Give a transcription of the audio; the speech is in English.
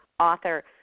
author